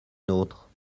nôtre